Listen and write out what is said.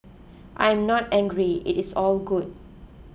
I am not angry it is all good